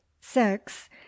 six